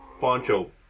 Poncho